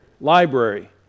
library